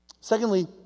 Secondly